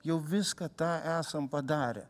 jau viską tą esam padarę